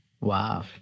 Wow